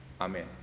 Amen